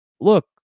look